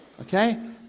Okay